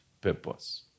purpose